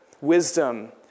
Wisdom